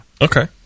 Okay